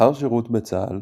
לאחר שירות בצה"ל,